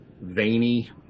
veiny